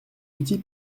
outils